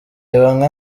bamwe